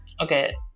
okay